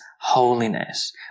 holiness